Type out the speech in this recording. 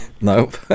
Nope